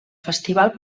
festival